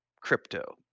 crypto